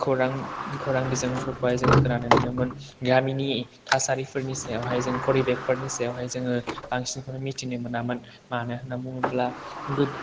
खौरां बिजोंफोरखौहाय जों खोनानो मोनोमोन गामिनि थासारिफोरनि सायावहाय जों परिबेकफोरनि सायावहाय जोङो बांसिनखौनो मिथिनो मोनामोन मानो होननानै बुङोब्ला